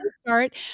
start